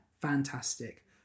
fantastic